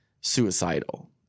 suicidal